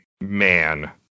Man